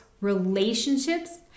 relationships